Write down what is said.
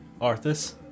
Arthas